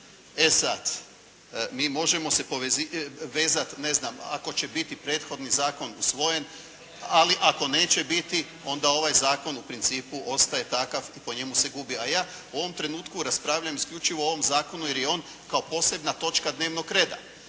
E sad. Mi možemo se vezat ne znam, ako će biti prethodni zakon usvojen, ali ako neće biti onda ovaj zakon u principu ostaje takav i po njemu se gubi. A ja u ovom trenutku raspravljam isključivo o ovom zakonu jer je on kao posljednja točka dnevnog reda.